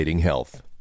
health